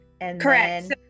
Correct